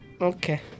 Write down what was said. Okay